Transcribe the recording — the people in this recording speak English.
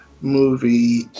movie